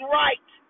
right